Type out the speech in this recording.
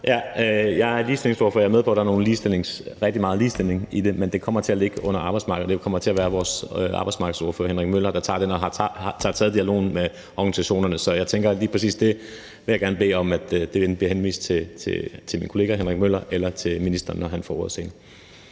Jeg er ligestillingsordfører, og jeg er med på, at der er rigtig meget ligestilling i den, men den kommer til at ligge under arbejdsmarkedet, og det kommer til at være vores arbejdsmarkedsordfører, Henrik Møller, der tager den og har taget dialogen med organisationerne. Så jeg tænker, at lige præcis det vil jeg gerne bede om bliver henvist til min kollega Henrik Møller eller til ministeren, når han får ordet